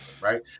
right